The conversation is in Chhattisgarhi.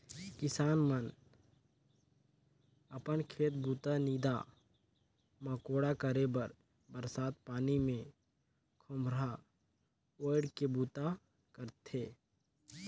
किसान मन अपन खेत बूता, नीदा मकोड़ा करे बर बरसत पानी मे खोम्हरा ओएढ़ के बूता करथे